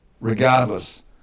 regardless